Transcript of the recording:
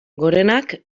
gorenak